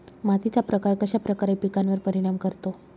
मातीचा प्रकार कश्याप्रकारे पिकांवर परिणाम करतो?